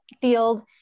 field